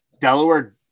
Delaware